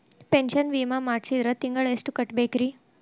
Pension ವಿಮಾ ಮಾಡ್ಸಿದ್ರ ತಿಂಗಳ ಎಷ್ಟು ಕಟ್ಬೇಕ್ರಿ?